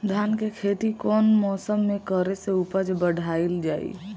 धान के खेती कौन मौसम में करे से उपज बढ़ाईल जाई?